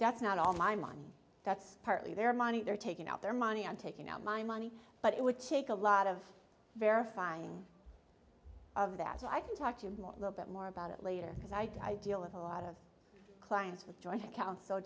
that's not all my money that's partly their money they're taking out their money i'm taking out my money but it would check a lot of verifying of that so i can talk to him a little bit more about it later because i deal with a lot of clients with joint accounts so